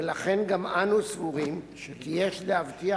ולכן גם אנו סבורים כי יש להבטיח